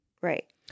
Right